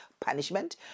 punishment